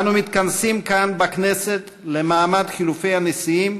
אנחנו מתכנסים כאן בכנסת למעמד חילופי הנשיאים